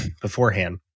beforehand